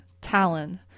Talon